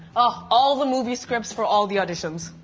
ah all the movie scripts for all the auditions.